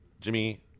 Jimmy